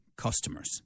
customers